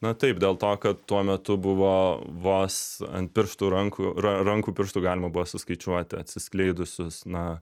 na taip dėl to kad tuo metu buvo vos ant pirštų rankų ra rankų pirštų galima buvo suskaičiuoti atsiskleidusius na